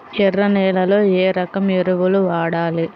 ఎర్ర నేలలో ఏ రకం ఎరువులు వాడాలి?